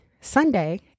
Sunday